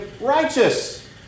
righteous